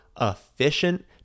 efficient